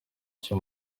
icyo